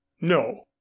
No